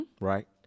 right